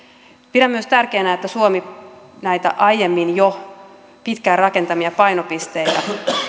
pidän myös tärkeänä että suomi näitä jo aiemmin pitkään rakentamiaan painopisteitä